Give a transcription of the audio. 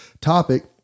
topic